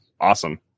awesome